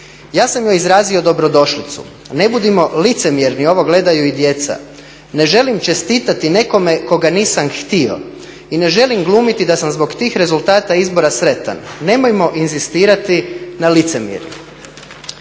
Ja sam joj izrazio dobrodošlicu. Ne budimo licemjerni ovo gledaju i djeca. Ne želim čestitati nekome koga nisam htio i ne želim glumiti da sam zbog tih rezultata izbora sretan. Nemojmo inzistirati na licemjerju".